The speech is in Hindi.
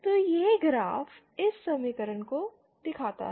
तो यह ग्राफ इस समीकरण को दिखाता है